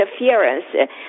interference